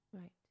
Right